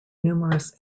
numerous